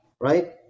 right